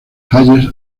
hayes